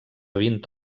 vint